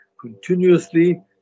continuously